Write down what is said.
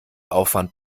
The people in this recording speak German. aufwand